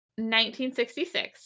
1966